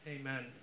Amen